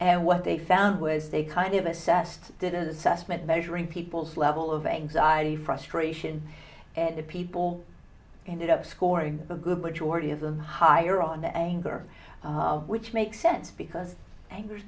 and what they found was they kind of assessed did an assessment measuring people's level of anxiety frustration and the people in it up scoring a good majority of them higher on the anger which makes sense because anger